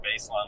baseline